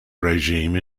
regime